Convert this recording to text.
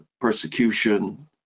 persecution